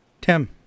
Tim